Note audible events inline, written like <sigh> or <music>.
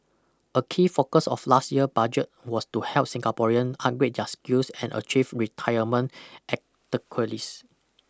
a key focus of last year budget was to help Singaporean upgrade their skills and achieve retirement <unintelligible>